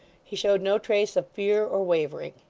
he showed no trace of fear or wavering.